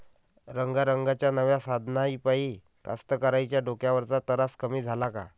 रंगारंगाच्या नव्या साधनाइपाई कास्तकाराइच्या डोक्यावरचा तरास कमी झाला का?